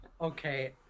Okay